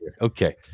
okay